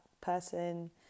person